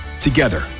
Together